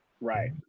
Right